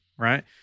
right